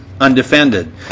Undefended